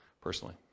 personally